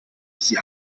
sie